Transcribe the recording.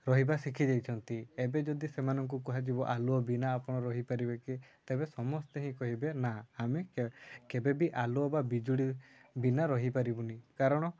ରହିବା ଶିଖିଯାଇଛନ୍ତି ଏବେ ଯଦି ସେମାନଙ୍କୁ କୁହାଯିବ ଆଲୁଅ ବିନା ଆପଣ ରହିପାରିବେ କି ତେବେ ସମସ୍ତେ ହିଁ କହିବେ ନା ଆମେ କେବେବି ଆଲୁଅ ବା ବିଜୁଳି ବିନା ରହିପାରିବୁନି କାରଣ